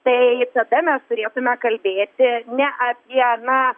tai tada mes turėtume kalbėti ne apie na